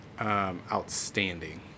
outstanding